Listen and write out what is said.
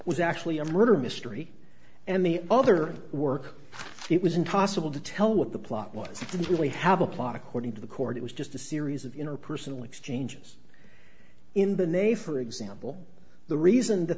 was actually a murder mystery and the other work it was impossible to tell what the plot was to be we have a plot according to the court it was just a series of interpersonal exchanges in they for example the reason that